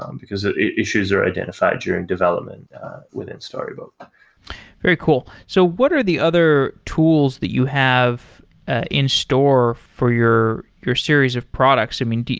um because ah issues are identified during development within storybook very cool. so what are the other tools that you have in store for your your series of products? i mean,